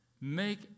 Make